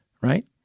right